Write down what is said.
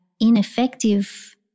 ineffective